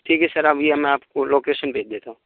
ठीक है सर अभी हम आपको लोकेशन भेज देता हूँ